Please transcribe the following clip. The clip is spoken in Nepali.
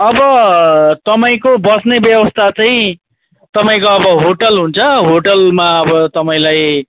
अब तपाईँको बस्ने व्यवस्था चाहिँ तपाईँको अब होटेल हुन्छ होटेलमा अब तपाईँलाई